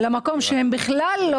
זה לא